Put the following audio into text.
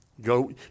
Go